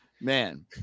Man